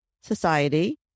Society